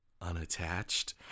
unattached